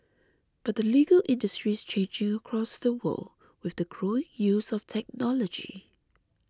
but the legal industry is changing across the world with the growing use of technology